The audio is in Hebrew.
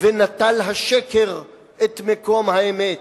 ונטל השקר את מקום האמת.